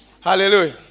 Hallelujah